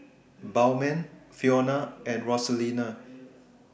Bowman Fiona and Rosalinda